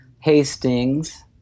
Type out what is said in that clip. Hastings